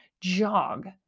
jog